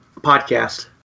podcast